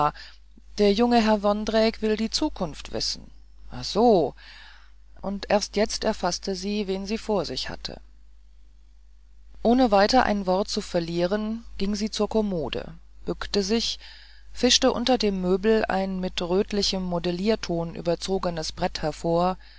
der junge herr vondrejc will die zukunft wissen ah so jetzt erst erfaßte sie wen sie vor sich hatte ohne weiter ein wort zu verlieren ging sie zur kommode bückte sich fischte unter den möbeln ein mit rötlichem modellierton überzogenes brett hervor